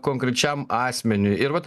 konkrečiam asmeniui ir vat